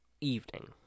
evening